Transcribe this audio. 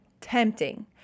tempting